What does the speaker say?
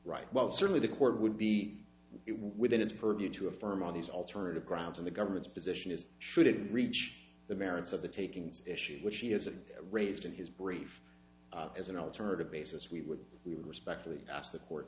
right while certainly the court would be it within its purview to affirm on these alternative grounds in the government's position is shouldn't reach the merits of the takings issue which he has it raised in his brief as an alternative basis we would we respectfully ask the court